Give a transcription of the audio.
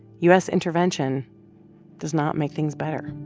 u s. intervention does not make things better.